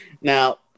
Now